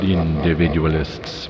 individualists